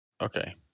Okay